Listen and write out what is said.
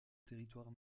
territoire